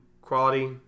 quality